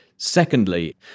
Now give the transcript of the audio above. Secondly